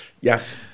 yes